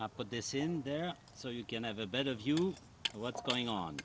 i put this in there so you can have a better view of what's going on